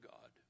God